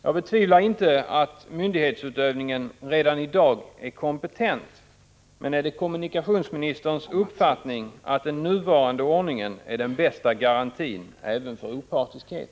Jag betvivlar inte att myndighetsutövningen redan i dag är kompetent, men är det kommunikationsministerns uppfattning att den nuvarande ordningen är den bästa garantin även för opartiskhet?